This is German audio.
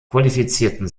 qualifizierten